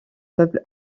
peuple